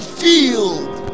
field